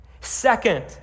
Second